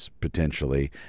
potentially